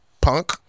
Punk